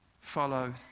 Follow